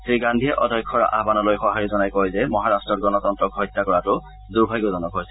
শ্ৰীগান্ধীয়ে অধ্যক্ষৰ আহবানলৈ সহাৰি জনাই কয় যে মহাৰাট্টত গণতন্ত্ৰক হত্যা কৰাটো দুৰ্ভাগ্যজনক হৈছে